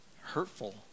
hurtful